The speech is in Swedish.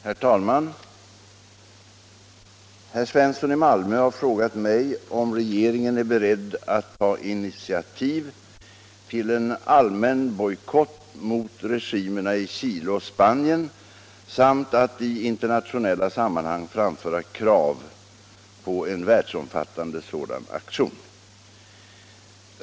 Herr talman! Herr Svensson i Malmö har frågat mig om regeringen är beredd att ta initiativ till en allmän bojkott mot regimerna i Chile och Spanien samt att i internationella sammanhang framföra krav på en världsomfattande sådan aktion.